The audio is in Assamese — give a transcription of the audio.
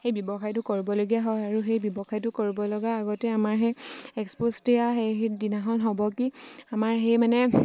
সেই ব্যৱসায়টো কৰিবলগীয়া হয় আৰু সেই ব্যৱসায়টো কৰিবলগা আগতে আমাৰ সেই এক্সপ'জ দিয়া সেই দিনাখন হ'ব কি আমাৰ সেই মানে